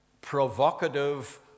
provocative